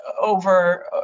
over